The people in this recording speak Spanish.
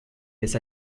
les